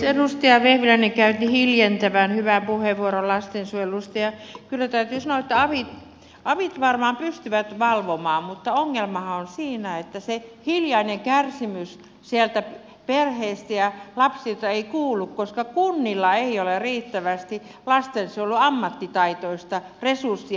edustaja vehviläinen käytti hiljentävän hyvän puheenvuoron lastensuojelusta ja kyllä täytyy sanoa että avit varmaan pystyvät valvomaan mutta ongelmahan on siinä että se hiljainen kärsimys sieltä perheistä ja lapsilta ei kuulu koska kunnilla ei ole riittävästi lastensuojelun ammattitaitoista resurssia